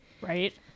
Right